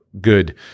good